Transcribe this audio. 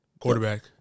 Quarterback